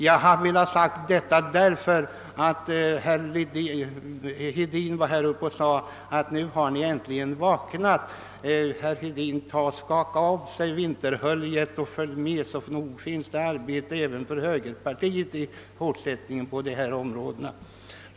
Herr Hedin menade alltså att vi nu äntligen hade vaknat. Men om herr Hedin själv vill avbryta sin vinterdvala och hugga in i arbetet, skall han bli varse att det i fortsättningen finns uppgifter även för moderata samlingspartiet i detta sammanhang.